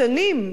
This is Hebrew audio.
כבוד השר,